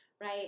right